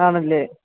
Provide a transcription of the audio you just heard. ആണല്ലേ